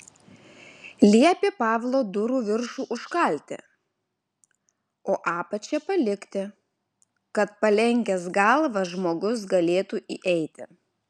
liepė pavlo durų viršų užkalti o apačią palikti kad palenkęs galvą žmogus galėtų įeiti